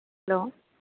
hello